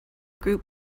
group